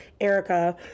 Erica